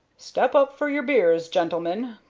step up for your beers, gentlemen,